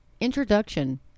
introduction